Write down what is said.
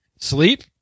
sleep